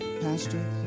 pastor